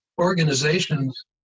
organizations